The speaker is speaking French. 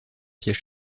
siège